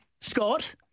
Scott